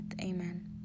Amen